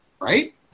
right